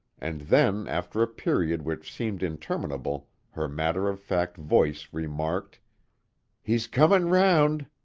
and then after a period which seemed interminable her matter-of-fact voice remarked he's comin' round.